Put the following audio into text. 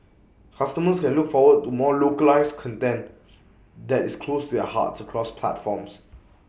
customers can look forward to more localised content that is close to their hearts across platforms